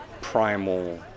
primal